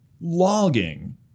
logging